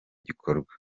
gikorwa